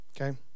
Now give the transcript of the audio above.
Okay